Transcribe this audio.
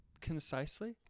concisely